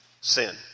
sin